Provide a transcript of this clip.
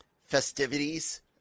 festivities